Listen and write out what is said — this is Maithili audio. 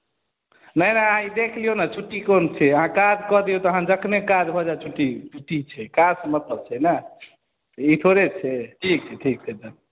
नहि नहि अहाँ ई देख लियौ ने छुट्टी कोन छै अहाँ काज कऽ दियौ तखन जखने काज भऽ जायत छुट्टी छुट्टी छै काजसँ मतलब छै ने ई थोड़े छै ठीक छै ठीक छै धन्यवाद